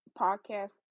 podcast